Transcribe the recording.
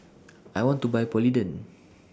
I want to Buy Polident